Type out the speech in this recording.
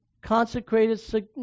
consecrated